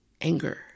anger